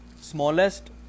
smallest